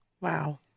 Wow